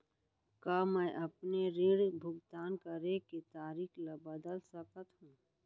का मैं अपने ऋण भुगतान करे के तारीक ल बदल सकत हो?